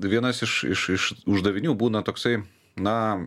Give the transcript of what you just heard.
vienas iš iš iš uždavinių būna toksai na